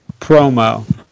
promo